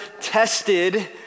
tested